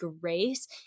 grace